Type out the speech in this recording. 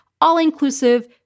all-inclusive